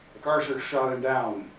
macarthur shot him down.